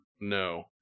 No